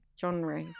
Genre